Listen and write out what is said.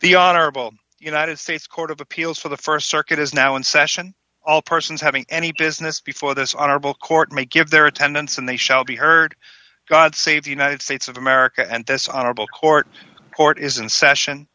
the honorable united states court of appeals for the st circuit is now in session all persons having any business before this honorable court may give their attendance and they shall be heard god save the united states of america and this honorable court court is in session